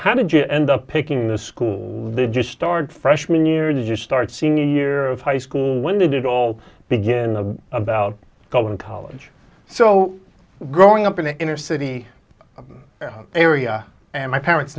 how did you end up picking the school they just started freshman year and you start senior year of high school when did it all begin the about goal in college so growing up in the inner city area and my parents